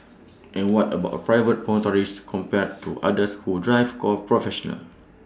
and what about A private motorist compared to others who drive goal professional